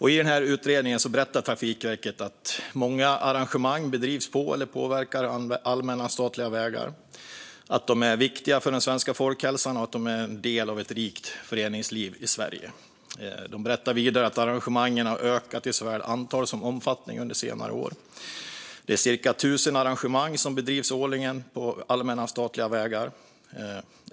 I utredningen berättar Trafikverket att många arrangemang bedrivs på eller påverkar allmänna statliga vägar, att de är viktiga för den svenska folkhälsan och att de är en del av ett rikt föreningsliv i Sverige. De berättar vidare att arrangemangen har ökat i såväl antal som omfattning under senare år. Det är cirka 1 000 arrangemang som bedrivs årligen på allmänna statliga vägar.